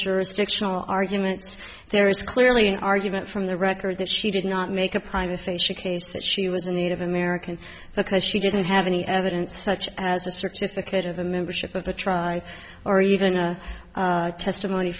jurisdictional arguments there is clearly an argument from the record that she did not make a private facie case that she was a native american because she didn't have any evidence such as a certificate of a membership of a try or even a testimony